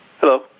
Hello